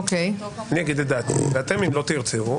ואתם אם תרצו,